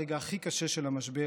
ברגע הכי קשה של המשבר,